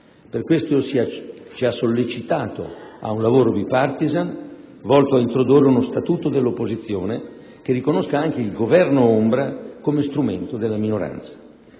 Per questo ci ha sollecitato ad un lavoro *bipartisan* volto ad introdurre uno statuto dell'opposizione che riconosca anche il governo ombra come strumento della minoranza.